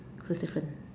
so it is different